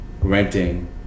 renting